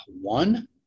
one